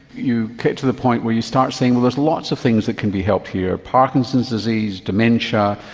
you get to the point where you start saying, well, there are lots of things that can be helped here parkinson's disease, dementia,